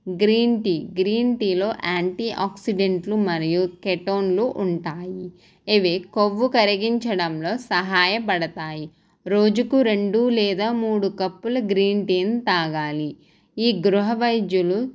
green tea green tea లో యాంటీ ఆక్సిడెంట్లు మరియు కేటోన్లు ఉంటాయి ఇవి కొవ్వు కరిగించడంలో సహాయపడతాయి రోజుకు రెండు లేదా మూడు కప్పుల గ్రీన్ టీని తాగాలి ఈ గృహ వైద్యాలు